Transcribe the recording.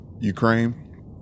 Ukraine